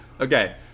Okay